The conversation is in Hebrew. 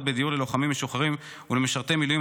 בדיור ללוחמים משוחררים ולמשרתי מילואים,